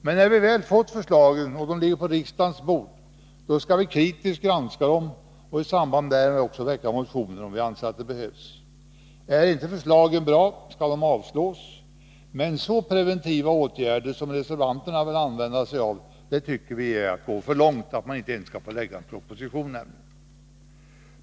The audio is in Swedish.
Men när förslagen väl ligger på riksdagens bord skall vi kritiskt granska dem och i samband därmed också väcka motioner om vi anser att det behövs. Är inte förslagen bra skall de avslås, men att ta till så preventiva åtgärder som reservanterna vill använda sig av tycker vi är att gå för långt. Man skulle alltså inte ens få framlägga propositionen!